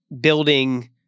building